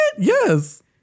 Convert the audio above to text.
Yes